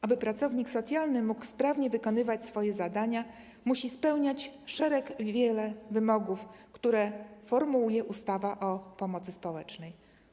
Aby pracownik socjalny mógł sprawnie wykonywać swoje zadania, musi spełniać wiele wymogów, które formułuje ustawa o pomocy społecznej.